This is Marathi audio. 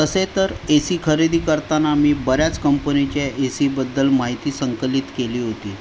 तसे तर एसी खरेदी करताना मी बऱ्याच कंपनीच्या एसीबद्दल माहिती संकलित केली होती